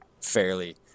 fairly